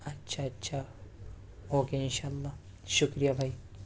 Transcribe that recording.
اچھا اچھا اوکے ان شا اللہ شکریہ بھائی